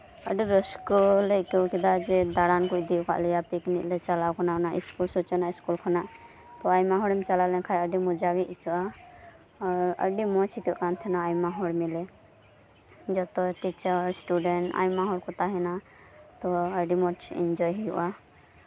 ᱟᱹᱰᱤ ᱨᱟᱹᱥᱠᱟᱹ ᱞᱮ ᱟᱭᱠᱟᱹᱣ ᱠᱮᱫᱟ ᱡᱮ ᱫᱟᱬᱟᱱ ᱠᱚ ᱤᱫᱤ ᱠᱟᱜ ᱞᱮᱭᱟ ᱯᱤᱠᱱᱤᱠ ᱞᱮ ᱪᱟᱞᱟᱣ ᱠᱟᱱᱟ ᱚᱱᱟ ᱥᱩᱪᱚᱱᱟ ᱤᱥᱠᱩᱞ ᱠᱷᱚᱱᱟᱜ ᱛᱳ ᱟᱭᱢᱟ ᱦᱚᱲᱟᱢ ᱪᱟᱞᱟᱣ ᱞᱮᱱᱠᱷᱟᱱ ᱟᱹᱰᱤ ᱢᱚᱸᱡᱟ ᱜᱮ ᱟᱹᱭᱠᱟᱹᱜᱼᱟ ᱟᱨ ᱢᱚᱸᱡ ᱟᱹᱭᱠᱟᱹᱜ ᱠᱟᱱ ᱛᱟᱸᱦᱮᱱᱟ ᱟᱭᱢᱟ ᱦᱚᱲ ᱢᱤᱞᱮ ᱡᱚᱛᱚ ᱴᱤᱪᱟᱨ ᱤᱴᱩᱰᱮᱱᱴ ᱟᱭᱢᱟ ᱦᱚᱲ ᱠᱚ ᱛᱟᱸᱦᱮᱱᱟ ᱛᱳ ᱟᱹᱰᱤ ᱢᱚᱸᱡ ᱤᱱᱡᱚᱭ ᱦᱩᱭᱩᱜᱼᱟ